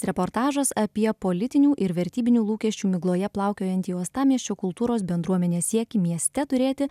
reportažas apie politinių ir vertybinių lūkesčių migloje plaukiojantį uostamiesčio kultūros bendruomenės siekį mieste turėti